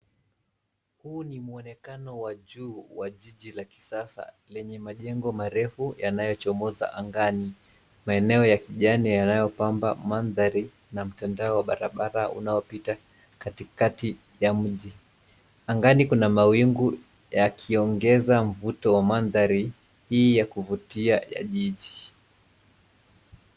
Huu ni muonekana wa juu wa jiji la kisasa, lenye majengo marefu yanayochomoza angani. Maeneo ya kijani yanayopamba mandhari, na mtandao wa barabara unaopita katikati ya mji. Angani kuna mawingu yakiongeza mvuto wa mandhari hii ya kuvutia ya jiji.